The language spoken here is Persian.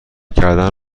کردن